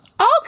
Okay